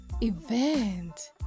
event